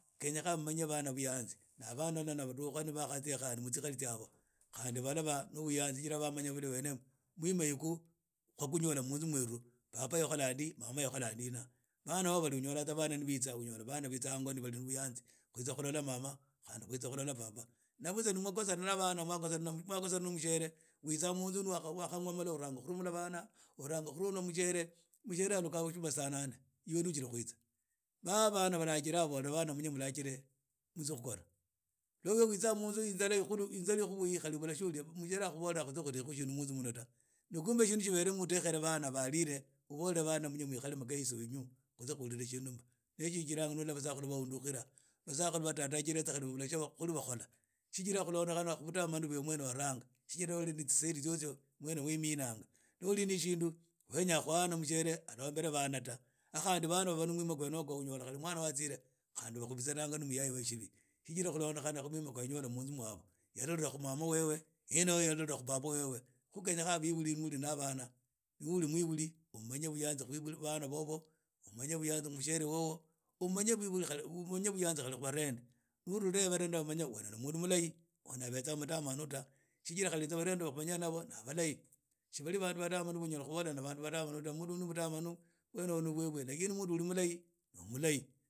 Kheyekha mumanye bana buyanzi nab ana ni badukha ni bakhatsia mu tsingari tsavo klhandi nabo khandi balaba no buyanzi tsijira bamanya mwima yekhu kwakhonyola munzu mweru papa yakhola ndi mama yakhola ndina bana balinyola tsa bana ni bitsa hango. bana bitsa hango hoho bali no buyanzi. khutsa khulola mama na khandi kutsa khulola papa na buts ani mukhosana nab ana khandi no mushiere. witsa munzu ni wakhanya niwakhaywa malwauanaga khurumula bana uranga khurumula mushiere mushiere alukha busuma saa nane yiwe ni ukhili khwitsa ma bana balajira abola bana munye mulajire mutsye khukhona rwa iwe utsa munzu inzra ikhurumile inzara ikhukhuyi khari obula tsio olia mushiere akhuboola khunye khutechi khu tsiindu munzu muno ta na khumbe tsivere mu udetsiere bana balire ubolle bana munye mwikhare khuli mulire v tsindu tsio tsijira basakhulu bakhulukira basakhulu vadadashira khali babula tsia khuli bakhola tsijira khulondekha budamanu hibu ni mwene waranga tsijira no wali ne tssendi tsyotsyo mwne waimina ni oli ne tshindu wenya khuhana khu mushiere alombele bana ta khali bana banyira mwima khwene ugwo unyola mwana ni atsire khandi bakhubizana no muyaye webe shibi kholondekhana na mwima kwa yalola munzu mwabo yalola khu mama wewe na alola khu abab wewe khu khenyekha bibuli muli na bana, ni uli mwibuli omanye buyanzi khu bana bobo umanye buyanzi khu mushiere wobo umanye…umanye buyanzi khali khu barende, barende bamanye obeza mundu mulahi khandi abeza mutamanu ta tsijira lhali barende ba khumenya nabo bali bandu balahi tsi ni bandu ba unyala khubola ni bandu badanu ta mundu oli mudamamu ovwo nu bwebwe lakini mundu mulahi no mulahi.